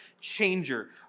changer